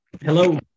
Hello